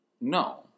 No